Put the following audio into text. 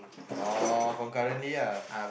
oh concurrently lah